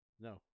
No